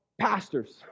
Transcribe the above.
pastors